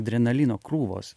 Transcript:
adrenalino krūvos